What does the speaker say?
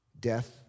Death